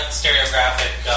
stereographic